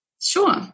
Sure